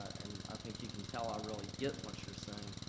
and i think you can tell i really get what you're saying,